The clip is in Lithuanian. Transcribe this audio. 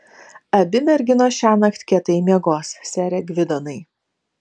abi merginos šiąnakt kietai miegos sere gvidonai